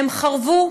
הן חרבו.